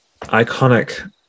iconic